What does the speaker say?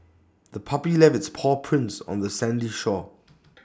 the puppy left its paw prints on the sandy shore